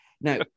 Now